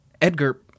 Edgar